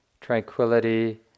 tranquility